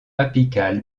apical